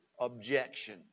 objection